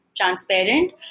transparent